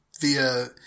via